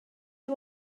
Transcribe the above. you